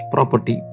Property